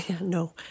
No